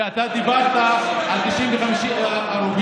ואתה דיברת על 95 הרוגים.